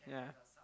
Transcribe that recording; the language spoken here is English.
yeah